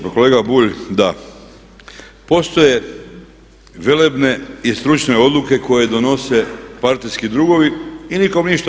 Pa kolega Bulj, da postoje velebne i stručne odluke koje donose partijski drugovi i nikom ništa.